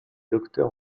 docteur